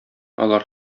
алар